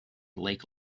lake